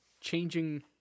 changing